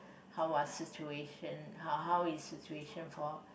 how are situation how how is situation for